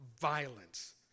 violence